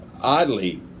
Oddly